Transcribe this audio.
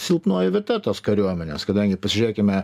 silpnoji vieta tos kariuomenės kadangi pasižiūrėkime